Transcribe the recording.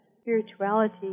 spirituality